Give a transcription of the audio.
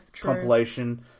Compilation